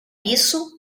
isso